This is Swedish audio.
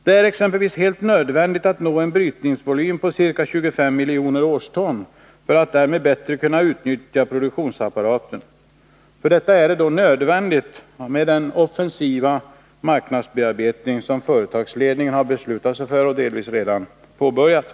Det är exempelvis helt nödvändigt att uppnå en brytningsvolym på ca 25 miljoner årston för att man därmed bättre skall kunna utnyttja produktionsapparaten. För detta är det nödvändigt med den offensiva marknadsbearbetning som företagsledningen har beslutat och delvis redan påbörjat.